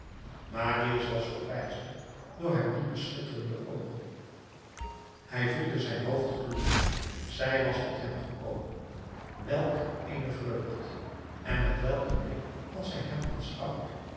marius was verbijsterd door haar diepe schitterende oogen hij voelde zijn hoofd gloeien zij was tot hem gekomen welk een vreugd en met welk een blik had zij hem